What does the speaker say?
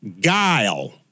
guile